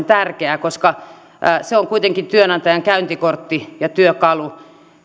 tärkeää koska se on kuitenkin työnantajan käyntikortti ja työkalu